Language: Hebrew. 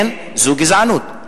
כן, זו גזענות.